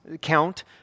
count